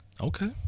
Okay